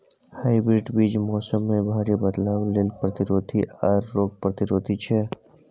hybrid बीज मौसम में भारी बदलाव के लेल प्रतिरोधी आर रोग प्रतिरोधी छै